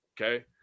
Okay